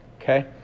Okay